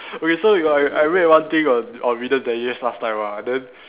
okay so I I read one thing on on readers' digest last time ah then